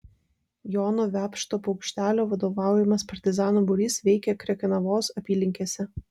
jono vepšto paukštelio vadovaujamas partizanų būrys veikė krekenavos apylinkėse